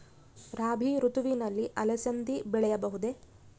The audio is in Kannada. ರಾಭಿ ಋತುವಿನಲ್ಲಿ ಅಲಸಂದಿ ಬೆಳೆಯಬಹುದೆ?